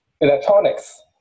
electronics